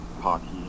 hockey